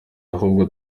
ahubwo